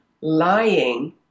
lying